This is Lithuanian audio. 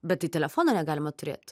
bet tai telefono negalima turėt